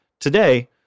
today